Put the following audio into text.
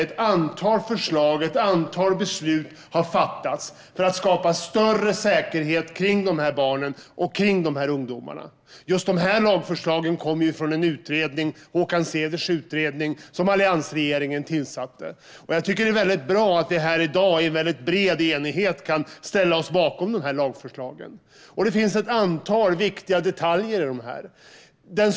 Ett antal förslag har lagts fram och ett antal beslut har fattats för att skapa större säkerhet kring dessa barn och ungdomar. Just dessa lagförslag kommer från Håkan Ceders utredning, som alliansregeringen tillsatte. Jag tycker att det är väldigt bra att vi i dag i bred enighet kan ställa oss bakom dessa lagförslag. Det finns ett antal viktiga detaljer i förslagen.